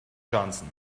johnson